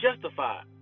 Justified